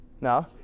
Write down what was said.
No